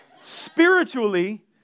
Spiritually